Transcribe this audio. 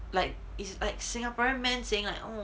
like is like singaporean men saying like oh